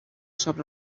sobre